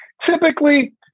typically